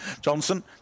Johnson